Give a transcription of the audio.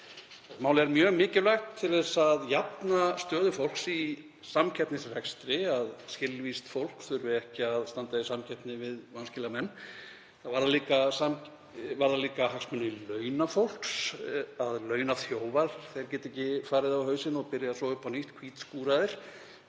Málið er mjög mikilvægt til að jafna stöðu fólks í samkeppnisrekstri, að skilvíst fólk þurfi ekki að standa í samkeppni við vanskilamenn. Það varðar líka hagsmuni launafólks, að launaþjófar geti ekki farið á hausinn og byrjað svo upp á nýtt, hvítskúraðir,